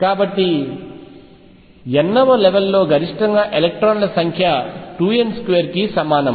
కాబట్టి n వ level లో గరిష్టంగా ఎలక్ట్రాన్ల సంఖ్య 2n2 కి సమానం